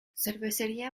cervecería